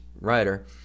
writer